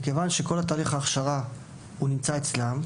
מכיוון שכל תהליך ההכשרה נמצא אצלם,